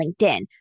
LinkedIn